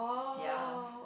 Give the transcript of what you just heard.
ya